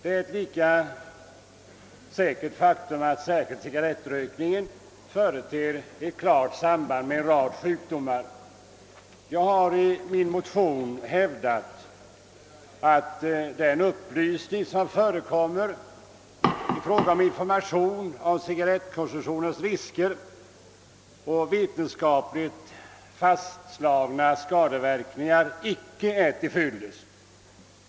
Det är lika säkert att särskilt cigarrettrökningen företer ett klart samband med en rad sjukdomar. Jag har i min motion hävdat att den information som förekommer om cigarrettkonsumtionens risker och vetenskapligt fastslagna skadeverkningar icke är till fyllest.